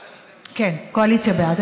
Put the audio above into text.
כן, הקואליציה בעד.